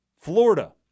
Florida